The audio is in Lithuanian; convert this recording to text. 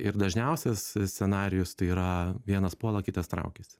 ir dažniausias scenarijus tai yra vienas puola kitas traukiasi